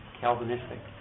Calvinistic